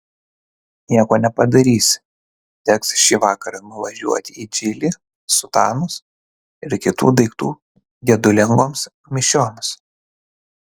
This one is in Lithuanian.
nieko nepadarysi teks šįvakar nuvažiuoti į džilį sutanos ir kitų daiktų gedulingoms mišioms